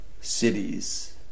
cities